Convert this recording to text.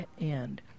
end